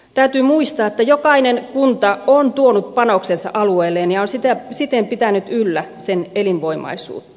täytyy muistaa että jokainen kunta on tuonut panoksensa alueelleen ja on siten pitänyt yllä sen elinvoimaisuutta